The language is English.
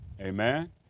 Amen